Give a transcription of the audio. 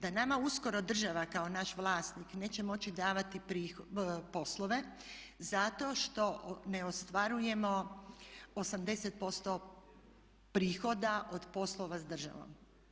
Da nam uskoro država kao naš vlasnik neće moći davati poslove zato što ne ostvarujemo 80% prihoda od poslova s državom.